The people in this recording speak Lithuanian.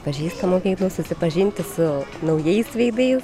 pažįstamų veidų susipažinti su naujais veidais